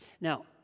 now